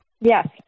Yes